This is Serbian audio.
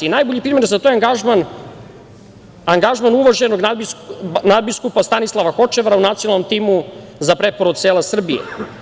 Najbolji primer za to je angažman uvaženog nadbiskupa Stanislava Hočevara u nacionalnom timu za preporod sela Srbije.